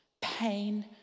pain